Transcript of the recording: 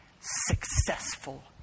successful